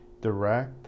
direct